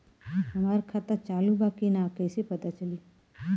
हमार खाता चालू बा कि ना कैसे पता चली?